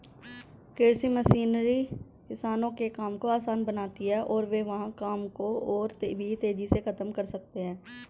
कृषि मशीनरी किसानों के काम को आसान बनाती है और वे वहां काम को और भी तेजी से खत्म कर सकते हैं